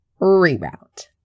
reroute